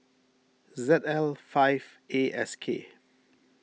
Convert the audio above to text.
Z L five A S K